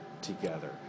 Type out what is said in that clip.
together